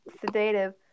sedative